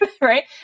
right